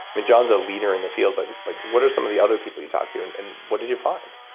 i mean, john's a leader in the field but like what are some of the other people you talked to and and what did you find?